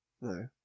No